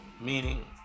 Meaning